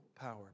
power